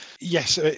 yes